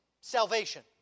salvation